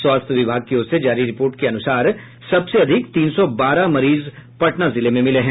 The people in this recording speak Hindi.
स्वास्थ्य विभाग की ओर से जारी रिपोर्ट के अनुसार सबसे अधिक तीन सौ बारह मरीज पटना जिले में मिले हैं